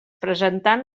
presentant